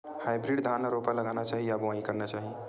Hybrid धान ल रोपा लगाना चाही या बोआई करना चाही?